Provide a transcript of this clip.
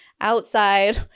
outside